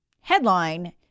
Headline